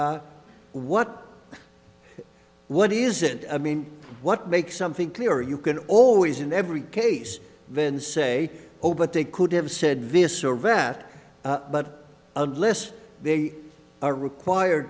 then what what is it i mean what makes something clear you can always in every case then say oh but they could have said this or vet but unless they are required